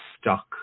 stuck